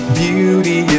beauty